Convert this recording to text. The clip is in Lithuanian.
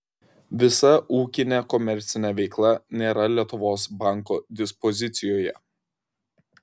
visa ūkinė komercinė veikla nėra lietuvos banko dispozicijoje